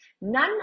None